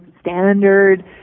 standard